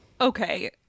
okay